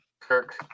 Kirk